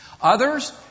Others